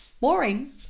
boring